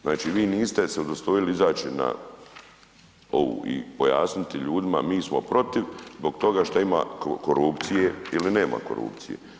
Znači vi niste se udostojili izaći na ovu i pojasniti ljudima, mi smo protiv zbog toga što ima korupcije ili nema korupcije.